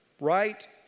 right